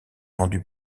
rendues